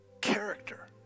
Character